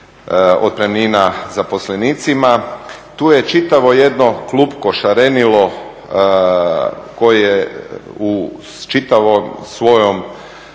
otpremnina zaposlenicima. Tu je čitavo jedno klupko, šarenilo koje u čitavom svojem